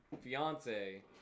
fiance